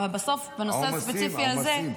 אבל בסוף בנושא הספציפי הזה --- העומסים,